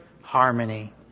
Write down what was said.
harmony